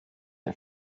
der